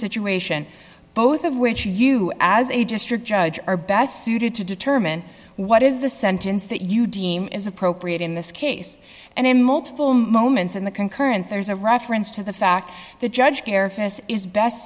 situation both of which you as a district judge are best suited to determine what is the sentence that you deem is appropriate in this case and in multiple moments in the concurrence there's a reference to the fact that judge